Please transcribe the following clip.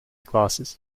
classes